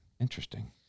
Interesting